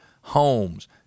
homes